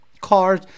cars